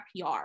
PR